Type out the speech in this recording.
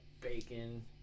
bacon